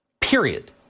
period